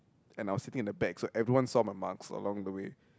and I was sitting at the back so everyone saw my marks along the way